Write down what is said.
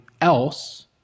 else